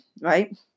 right